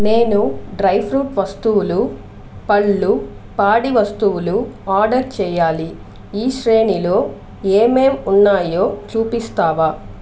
నేను dry fruit వస్తువులు పండ్లు పాడి వస్తువులు ఆర్డర్ చేయాలి ఈ శ్రేణిలో ఏమేమి ఉన్నాయో చూపిస్తావా